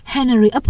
Henry